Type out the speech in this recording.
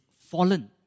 fallen